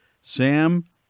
Sam